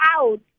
out